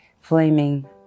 flaming